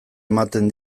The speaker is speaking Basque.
ematen